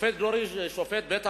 זה עומד על